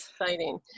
exciting